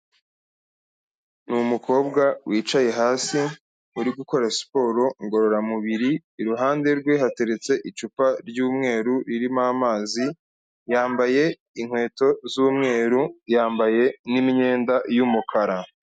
Ni umukobwa wicaye hasi uri gukora siporo ngororamubiri, iruhande rwe hateretse icupa ry'umweru ririmo amazi, yambaye inkweto z'umweru, yambaye n'imyenda y'umukara.